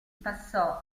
passò